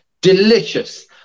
delicious